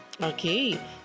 Okay